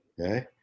okay